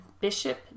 Bishop